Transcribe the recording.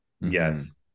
Yes